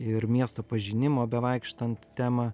ir miesto pažinimo bevaikštant temą